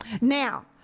Now